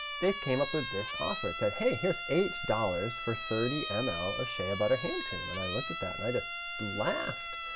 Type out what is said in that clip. they came up with this offer. it said, hey, here's eight dollars for thirty ml of shea butter hand cream, and i looked at that and i just laughed,